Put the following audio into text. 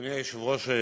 אדוני היושב-ראש,